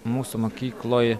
mūsų mokykloj